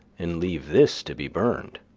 and leave this to be burned?